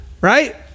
right